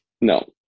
No